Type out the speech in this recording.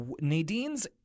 Nadine's